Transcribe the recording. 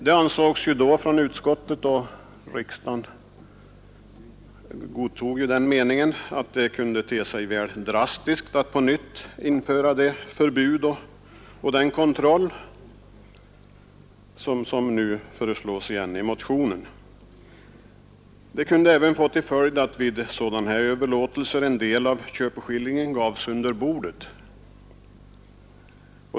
Det ansågs då av utskottet — och riksdagen godtog den meningen — att det måste te sig väl drastiskt att på nytt införa det förbud och den kontroll som nu föreslås igen i motionen. Det kunde få till följd att vid sådana överlåtelser en del av köpeskillingen gavs under bordet.